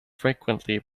frequently